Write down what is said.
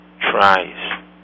tries